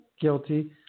guilty